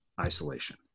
isolation